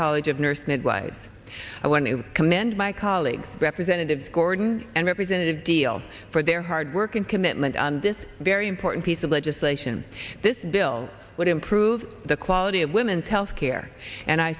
college of nurse midwives i want to commend my colleagues representatives gordon and representative deal for their hard work and commitment on this very important piece of legislation this bill would improve the quality of women's health care and i